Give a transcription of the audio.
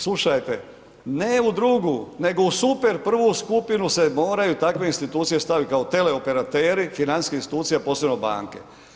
Slušajte, ne u drugu, nego u super prvu skupinu se moraju takve institucije stavit, kao teleoperateri, financijske institucije, a posebno banke.